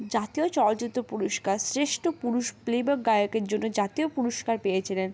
জাতীয় চলচিত্র পুরস্কার শ্রেষ্ঠ পুরুষ প্লেব্যাক গায়কের জন্য জাতীয় পুরস্কার পেয়েছিলেন